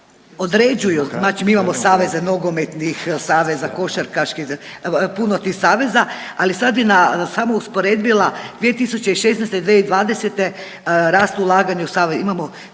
određuju, znači mi imamo saveze nogometnih saveza, košarkaških, puno tih saveza ali sad bih samo usporedila 2016., 2020. rast ulaganja,